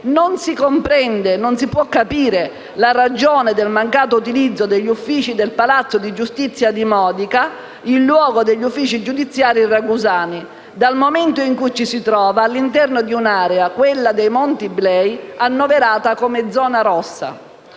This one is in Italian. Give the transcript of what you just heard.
fronte, non si può capire la ragione del mancato utilizzo degli uffici del Palazzo di giustizia di Modica in luogo degli uffici giudiziari ragusani, dal momento in cui ci si trova all'interno di un'area, quella dei monti Iblei, annoverata come zona rossa.